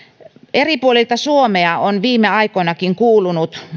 eri puolilta suomea on viime aikoinakin kuulunut